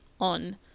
on